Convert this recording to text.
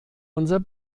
unser